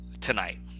tonight